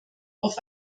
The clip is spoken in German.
auf